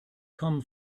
come